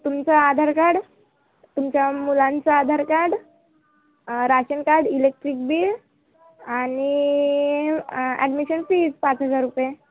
तुमचं आधार कार्ड तुमच्या मुलांचं Aadhaar card ration card electric bill आणि ॲडमिशन फीज पाच हजार रुपये